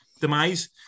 demise